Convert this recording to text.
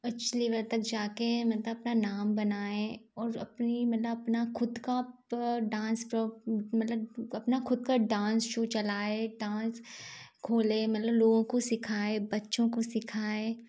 उच्च लेवल तक जा के मतलब अपना नाम बनाएं और अपनी मना अपना खख़ुद का अपना डांस प्रो मतलब अपना ख़ुद का डांस शो चलाएँ डांस खोलें मतलब लोगों को सिखाएँ बच्चों को सिखाएँ